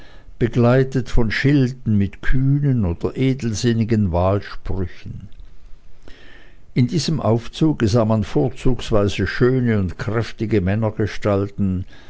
begleitet von schilden mit kühnen oder edelsinnigen wahlsprüchen in diesem aufzuge sah man vorzugsweise schöne und kräftige männergestalten